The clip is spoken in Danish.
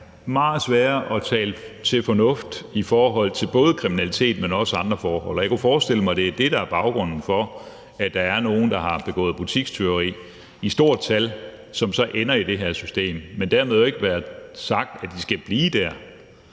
meget svære at tale til fornuft i forhold til både kriminalitet, men også andre forhold. Og jeg kunne forestille mig, at det er det, der er baggrunden for, at der er nogle, der har begået butikstyveri i stort tal, som så ender i det her system. Men dermed ikke være sagt, at de skal blive der,